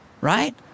right